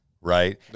Right